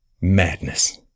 madness